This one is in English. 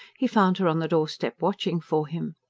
he found her on the doorstep watching for him.